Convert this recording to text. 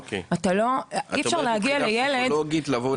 וכשרוצים להגיע לילדים ולבני נוער,